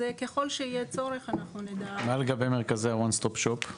כלל שיהיה צורך אנחנו נדע --- מה לגבי מרכזי ONE STOP SHOP ?